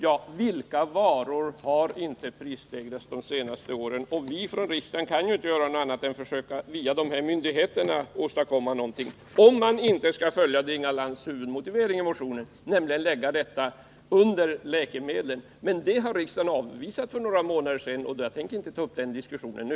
Men på vilka varor har det inte varit prisstegringar under denna tid? Vi i riksdagen kan ju inte göra annat än att försöka att via de här myndigheterna åstadkomma någonting — om man inte skall följa Inga Lantz huvudförslag i motionen, nämligen att lägga detta under läkemedlen. Men det har riksdagen avvisat för några månader sedan, och jag tänker inte ta upp den diskussionen nu.